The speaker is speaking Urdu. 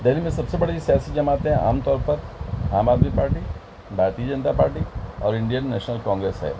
دہلی میں سب سے بڑی سیاسی جماعتیں عام طور پر عام آدمی پارٹی بھارتیہ جنتا پارٹی اور انڈین نیشنل کانگریس ہے